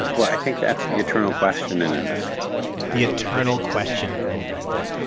well, i think that's the eternal question in investing the eternal question in investing.